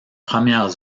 première